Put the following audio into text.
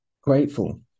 Grateful